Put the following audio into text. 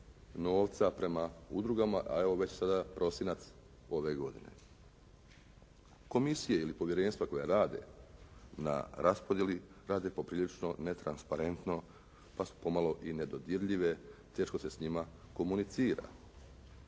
novca prema udrugama, a evo već sada prosinac ove godine. Komisije ili povjerenstva koja rade na raspodijeli, rade poprilično netransparentno, pa su pomalo i nedodirljive, teško se s njima komunicira.